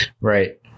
right